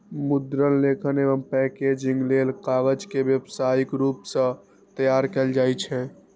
मुद्रण, लेखन एवं पैकेजिंग लेल कागज के व्यावसायिक रूप सं तैयार कैल जाइ छै